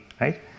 right